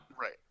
right